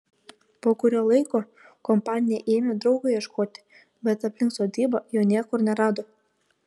po kurio laiko kompanija ėmė draugo ieškoti bet aplink sodybą jo niekur nerado